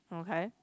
okay